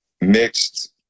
mixed